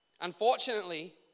Unfortunately